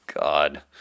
God